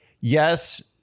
yes